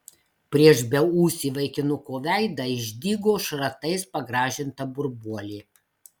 prieš beūsį vaikinuko veidą išdygo šratais pagrąžinta burbuolė